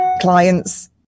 clients